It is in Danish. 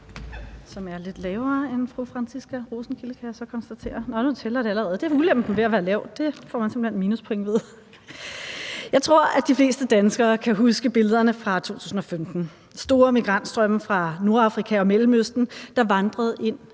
Jeg tror, at de fleste danskere kan huske billederne fra 2015 – store migrantstrømme fra Nordafrika og Mellemøsten, der vandrede ind